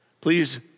Please